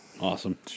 Awesome